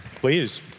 Please